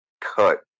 cut